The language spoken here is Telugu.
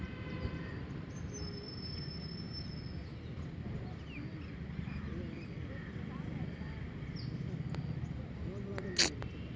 రబి పంటల పులుగులు పడకుండా ఎట్లాంటి మందులు వాడుతారు? రబీ కాలం లో నర్మదా రకం బాగుంటుందా లేదా ఓంకార్ రకం బాగుంటుందా?